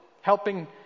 helping